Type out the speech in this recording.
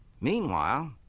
Meanwhile